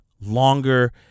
longer